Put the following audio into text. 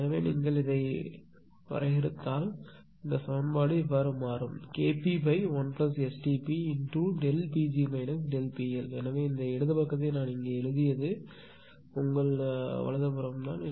எனவே நீங்கள் இதை வரையறுத்தால் இந்த சமன்பாடு மாறும் Kp1STpPg ΔPL எனவே இடது பக்கத்தை நான் இங்கே எழுதியது உங்கள் வலது புறம் தான்